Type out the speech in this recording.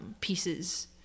pieces